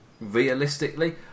realistically